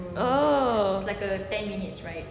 oh